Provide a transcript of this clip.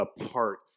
apart